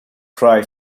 cry